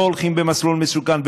לא הולכים במסלול מסוכן,